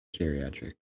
geriatric